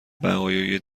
بقایای